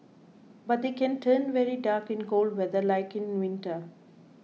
but they can turn very dark in cold weather like in winter